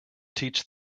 teach